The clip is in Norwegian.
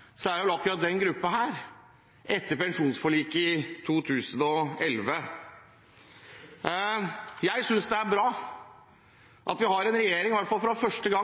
Så har man altså blitt trukket 0,75 pst. av pensjonen. Er det noen som har bidratt, er det vel akkurat denne gruppen, etter pensjonsforliket i 2011. Jeg synes det er bra at vi har en regjering som ser at dette